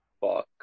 fuck